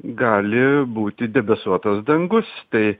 gali būti debesuotas dangus tai